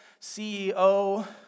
CEO